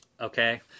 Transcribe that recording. okay